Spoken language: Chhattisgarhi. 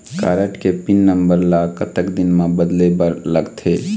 कारड के पिन नंबर ला कतक दिन म बदले बर लगथे?